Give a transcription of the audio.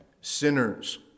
sinners